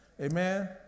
Amen